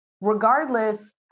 regardless